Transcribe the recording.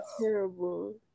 terrible